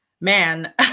man